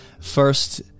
First